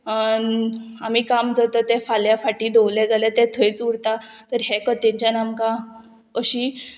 आमी काम करता तें फाल्यां फाटीं दवरलें जाल्यार तें थंयच उरता तर हें कथेच्यान आमकां अशी